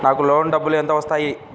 నాకు లోన్ డబ్బులు ఎంత వస్తాయి?